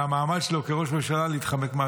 מהמעמד שלו כראש ממשלה,